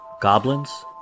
goblins